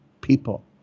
people